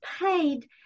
paid